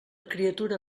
criatura